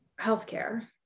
healthcare